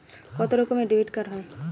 কত রকমের ডেবিটকার্ড হয়?